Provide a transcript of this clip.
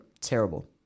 terrible